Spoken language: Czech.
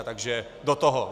Takže do toho.